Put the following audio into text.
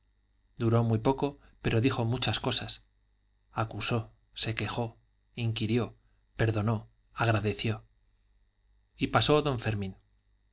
duró muy poco pero dijo muchas cosas acusó se quejó inquirió perdonó agradeció y pasó don fermín